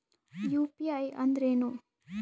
UPI ಅಂದ್ರೇನು?